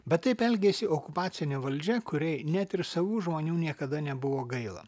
bet taip elgėsi okupacinė valdžia kuriai net ir savų žmonių niekada nebuvo gaila